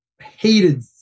hated